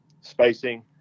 spacing